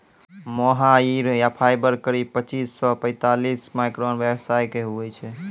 मोहायिर fibre करीब पच्चीस सॅ पैतालिस माइक्रोन व्यास के होय छै